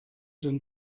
denn